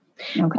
Okay